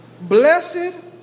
Blessed